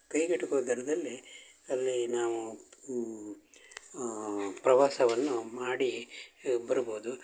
ಕೈಗೆಟುಕುವ ದರದಲ್ಲಿ ಅಲ್ಲಿ ನಾವು ಪ್ರವಾಸವನ್ನು ಮಾಡೀ ಬರ್ಬೋದು